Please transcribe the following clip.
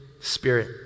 Spirit